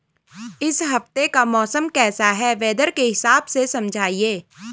इस हफ्ते का मौसम कैसा है वेदर के हिसाब से समझाइए?